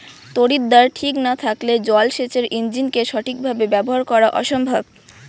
তড়িৎদ্বার ঠিক না থাকলে জল সেচের ইণ্জিনকে সঠিক ভাবে ব্যবহার করা অসম্ভব